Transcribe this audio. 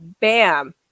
bam